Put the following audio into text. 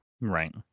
Right